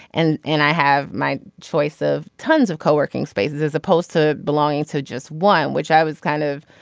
and and i have my choice of tons of coworking spaces as opposed to belonging to just one which i was kind of